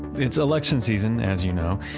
it's election season as you know.